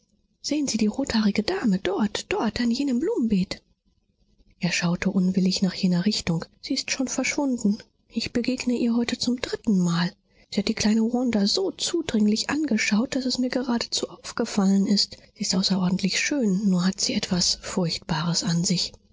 sehn sie die rothaarige dame dort dort an jenem blumenbeet er schaute unwillig nach jener richtung sie ist schon verschwunden ich begegne ihr heute zum drittenmal sie hat die kleine wanda so zudringlich angeschaut daß es mir geradezu ausgefallen ist sie ist außerordentlich schön nur hat sie etwas furchtbares an sich